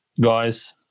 guys